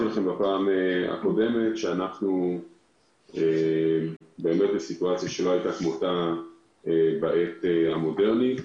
בפעם הקודמת אמרתי לכם שאנחנו בסיטואציה שלא הייתה כמותה בעת המודרנית,